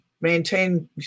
maintain